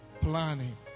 planning